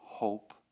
Hope